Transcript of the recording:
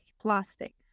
plastic